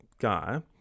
guy